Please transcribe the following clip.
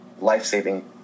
life-saving